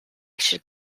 should